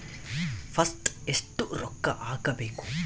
First ಎಷ್ಟು ರೊಕ್ಕ ಹಾಕಬೇಕು?